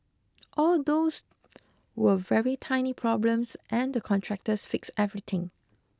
all those were very tiny problems and the contractors fixed everything